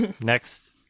Next